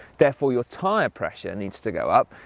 therefore your tyre pressure needs to go up,